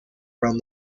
around